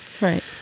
Right